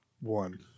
one